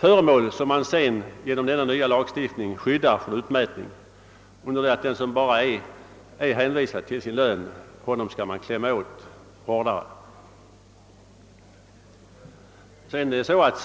ting som sedan genom denna lagstiftning är skyddade mot utmätning under det att man hårdare klämmer åt dem som är hänvisade till att klara sig på sin lön.